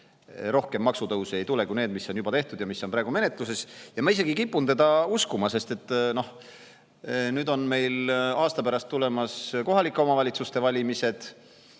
rohkem maksutõuse ei tule kui need, mis on juba tehtud ja on praegu menetluses. Ma isegi kipun teda uskuma, sest meil on aasta pärast tulemas kohalike omavalitsuste valimised,